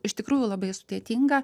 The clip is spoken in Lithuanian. iš tikrųjų labai sudėtinga